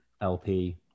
LP